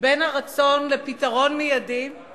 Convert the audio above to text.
זו אחת ההגדרות הטובות, הם תמיד היו אומרים: